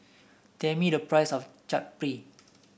tell me the price of Chaat Papri